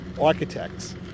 architects